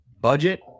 budget